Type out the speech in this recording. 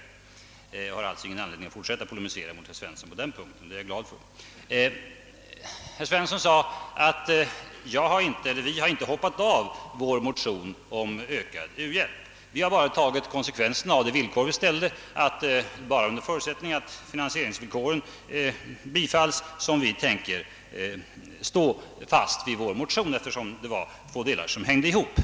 Därför tycker jag mig inte heller ha någon anledning att fortsätta polemiken mot herr Svensson på denna punkt, och det är jag glad för. Herr Svensson sade att de inte hoppat av från motionen om ökad u-hjälp utan bara tagit konsekvenserna av de villkor som ställdes. Under förutsättning att finansieringsvillkoren bifölls var avsikten att stå fast vid motionen eftersom två delar hängde ihop.